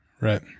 right